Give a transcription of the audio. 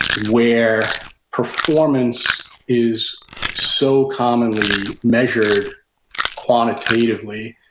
where performance is so commonly measured quantitatively.